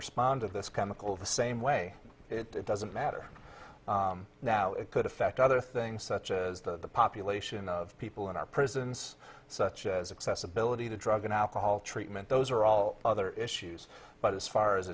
respond to this chemical the same way it doesn't matter now it could affect other things such as the population of people in our prisons such as accessibility to drug and alcohol treatment those are all other issues but as far as